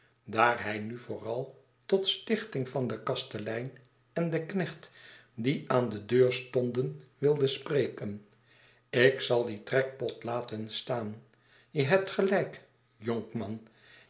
daar hij nu vooral tot stichting van den kastelein en den knecht die aan de deur stonden wilde spreken ik zal dien trekpot laten staan je hebt gelijk jonkman